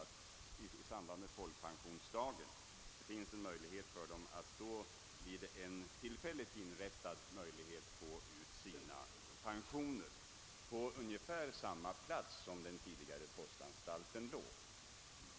Pensionärerna kan dessa dagar få ut sina pensioner i en tillfällig kassa som inryms i en lokal, belägen ungefär där den tidigare postanstalten låg.